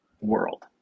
world